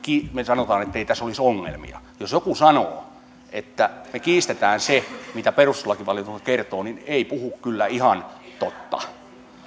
me sanomme ettei tässä olisi ongelmia jos joku sanoo että me kiistämme sen mitä perustuslakivaliokunta kertoo niin ei puhu kyllä ihan totta